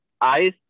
ice